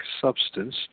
substance